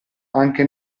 anche